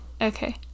Okay